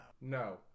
No